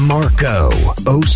Marco